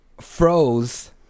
froze